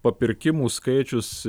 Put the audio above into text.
papirkimų skaičius